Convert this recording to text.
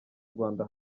rwanda